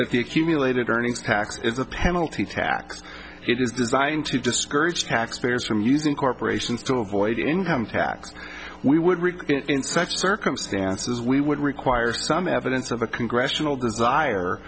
that the accumulated earnings tax is a penalty tax it is designed to discourage taxpayers from using corporations to avoid income tax we would require such circumstances we would require some evidence of a congressional desire